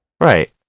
Right